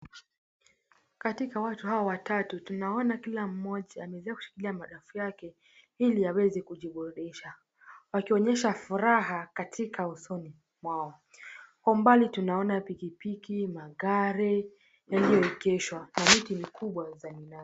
Katika watu hawa watatu tunaona kila mmoja ameweza kushikilia kila mmoja ameweza kushikilia madafu yake ili aweze kujiburudisha wakionyesha furaha katika usoni mwao. Kwa umbali tunaona pikipiki, magari yaliyoegeshwa na miti mikubwa za minazi.